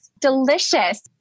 delicious